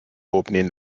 opening